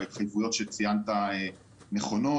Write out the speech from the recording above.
וההתחייבויות שציינת נכונות.